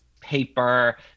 paper